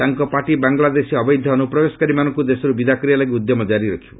ତାଙ୍କ ପାର୍ଟି ବାଙ୍ଗଲାଦେଶୀ ଅବୈଧ ଅନୁପ୍ରବେଶକାରୀମାନଙ୍କୁ ଦେଶରୁ ବିଦା କରିବା ଲାଗି ଉଦ୍ୟମ ଜାରି ରଖିବ